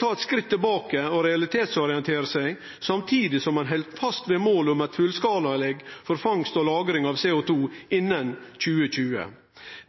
ta eit skritt tilbake og realitetsorientere seg, samtidig som ein held fast ved målet om eit fullskalaanlegg for fangst og lagring av CO2 innan 2020.